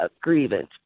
grievance